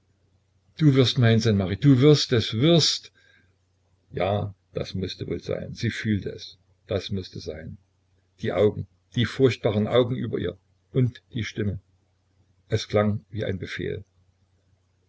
du wirst mein sein marit du wirst es wirst ja das mußte wohl sein sie fühlte es das mußte sein die augen die furchtbaren augen über ihr und die stimme es klang wie ein befehl